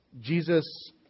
Jesus